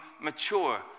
mature